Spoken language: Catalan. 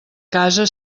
casa